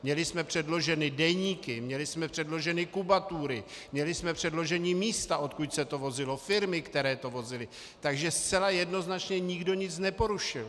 Měli jsme předloženy deníky, měli jsme předloženy kubatury, měli jsme předložena místa, odkud se to vozilo, firmy, které to vozily, takže zcela jednoznačně nikdo nic neporušil.